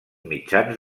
mitjans